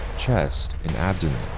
chest and abdomen.